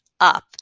up